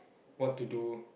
what to do